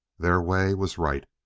their way was right.